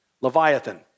Leviathan